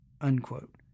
Unquote